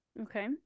Okay